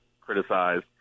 criticized